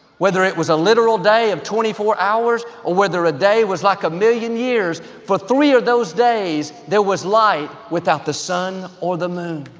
whether it was a literal day of twenty four hours or whether a day was like a million years, for three of those days there was light without the sun or the moon.